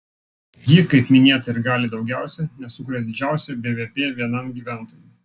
ji kaip minėta ir gali daugiausiai nes sukuria didžiausią bvp vienam gyventojui